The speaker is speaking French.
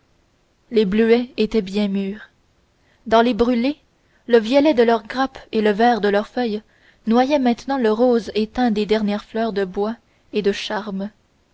les bleuets étaient bien mûrs dans les brûlés le violet de leurs grappes et le vert de leurs feuilles noyaient maintenant le rose éteint des dernières fleurs de bois de charme